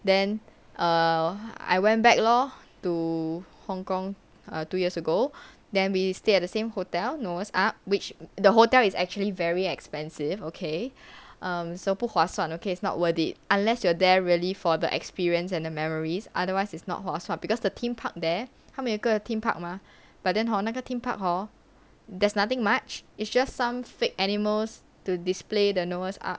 then err I went back lor to hong-kong err two years ago then we stay at the same hotel nose up which the hotel is actually very expensive okay err so 不划算 okay it's not worth it unless you are there really for the experience and the memories otherwise it's not 划算 because the theme park there 他们有一个 theme park mah but then hor 那个 theme park hor there's nothing much it's just some fake animals to display the noah's ark